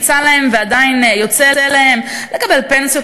יצא להם ועדיין יוצא להם לקבל פנסיות